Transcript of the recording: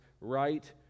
right